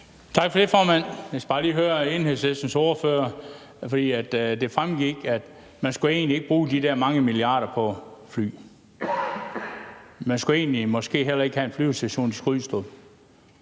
Tak for det, formand. Jeg skal bare lige høre Enhedslistens ordfører om noget. For det fremgik, at man egentlig ikke skulle bruge de der mange milliarder på fly, og man skulle måske egentlig heller ikke have en flyvestation i Skrydstrup.